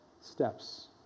steps